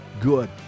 good